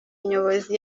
nyobozi